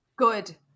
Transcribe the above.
good